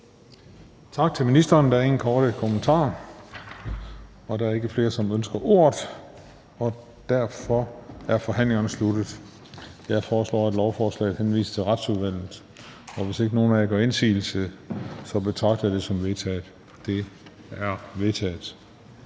Tak til ministeren. Der er ingen korte bemærkninger. Der er ikke flere, som ønsker ordet, og derfor er forhandlingen sluttet. Jeg foreslår, at lovforslaget henvises til Retsudvalget. Hvis ingen gør indsigelse, betragter jeg det som vedtaget. Det er vedtaget.